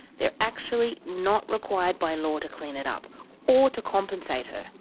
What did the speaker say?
they're actually not required by law to clean it up or to compensate her.